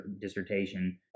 dissertation